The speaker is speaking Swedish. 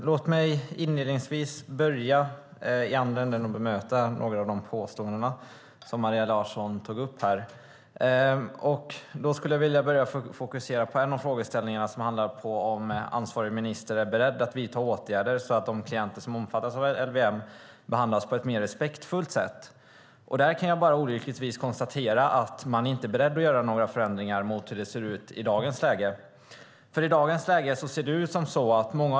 Fru talman! Låt mig börja i den andra änden och bemöta några av de påståenden som Maria Larsson gjorde här. Jag vill fokusera på en frågeställning som handlar om huruvida ansvarig minister är beredd att vidta åtgärder så att de klienter som omfattas av LVM behandlas på ett mer respektfullt sätt. Där kan jag olyckligtvis konstatera att man inte är beredd att göra några förändringar mot hur det ser ut i dagens läge.